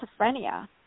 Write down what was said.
schizophrenia